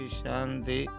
shanti